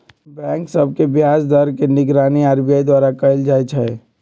bank सभ के ब्याज दर के निगरानी आर.बी.आई द्वारा कएल जाइ छइ